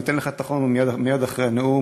אני אתן לך את החומר מייד אחרי הנאום.